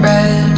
Red